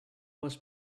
was